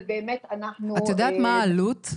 ובאמת אנחנו --- את יודעת מה העלות,